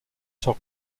sur